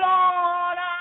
Lord